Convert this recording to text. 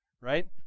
right